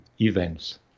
events